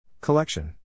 Collection